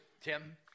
Tim